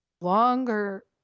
longer